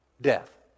Death